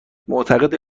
معتقده